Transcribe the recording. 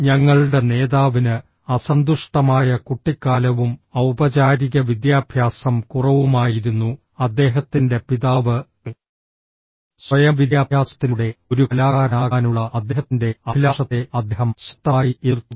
ഞങ്ങളുടെ നേതാവിന് അസന്തുഷ്ടമായ കുട്ടിക്കാലവും ഔപചാരിക വിദ്യാഭ്യാസം കുറവുമായിരുന്നു അദ്ദേഹത്തിന്റെ പിതാവ് സ്വയം വിദ്യാഭ്യാസത്തിലൂടെ ഒരു കലാകാരനാകാനുള്ള അദ്ദേഹത്തിൻറെ അഭിലാഷത്തെ അദ്ദേഹം ശക്തമായി എതിർത്തു